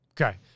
Okay